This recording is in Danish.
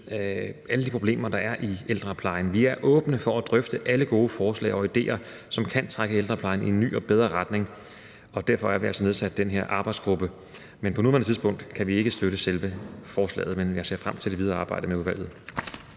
alle de problemer, der er i ældreplejen. Vi er åbne for at drøfte alle gode forslag og idéer, som kan trække ældreplejen i en ny og bedre retning, og derfor har vi altså nedsat den her arbejdsgruppe. På nuværende tidspunkt kan vi ikke støtte selve forslagene, men jeg ser frem til det videre arbejde med udvalget.